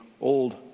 old